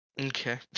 Okay